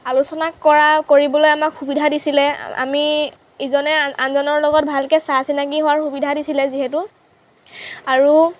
আলোচনা কৰা কৰিবলৈ আমাক সুবিধা দিছিলে আমি ইজনে আনজনৰ লগত ভালকে চা চিনাকি হোৱাৰ সুবিধা দিছিলে যিহেতু আৰু